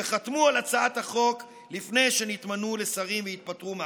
שחתמו על הצעת החוק לפני שנתמנו לשרים והתפטרו מהכנסת.